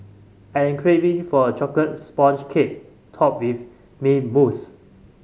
I am craving for a chocolate sponge cake topped with mint mousse